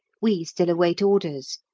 we still await orders!